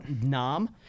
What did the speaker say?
Nam